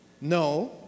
No